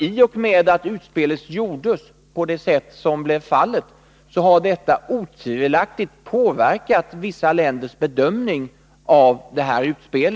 I och med att utspelet gjordes på det sätt som blev fallet, har detta otvivelaktigt påverkat vissa länders bedömning av detta utspel.